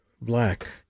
Black